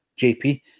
JP